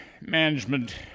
Management